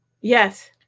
Yes